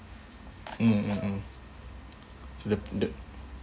mm mm mm the the